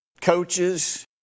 coaches